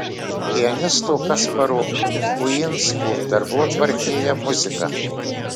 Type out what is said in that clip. pianisto kasparo uinsko darbotvarkėje muzika